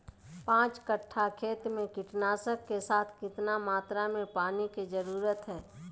पांच कट्ठा खेत में कीटनाशक के साथ कितना मात्रा में पानी के जरूरत है?